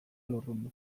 lurrundu